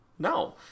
No